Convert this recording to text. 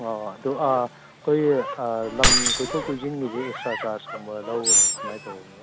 ꯑꯣ ꯑꯗꯨ ꯑꯩꯈꯣꯏꯒꯤ ꯂꯝ ꯀꯣꯏꯊꯣꯛ ꯀꯣꯏꯁꯤꯟꯒꯤꯗꯤ ꯑꯦꯛꯁꯇ꯭ꯔꯥ ꯆꯥꯔ꯭ꯖ ꯀꯨꯝꯕ ꯂꯧꯒꯗꯕ ꯀꯃꯥꯏ ꯇꯧꯕꯅꯣ